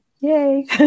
Yay